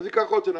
אז ייקח עוד שנה,